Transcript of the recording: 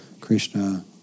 Krishna